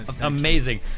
amazing